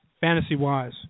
Fantasy-wise